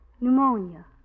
Pneumonia